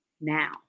now